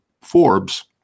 forbes